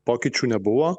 pokyčių nebuvo